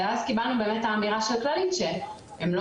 יותר תגובה סיסטמית של הצטננות וזה יותר